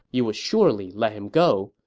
you would surely let him go,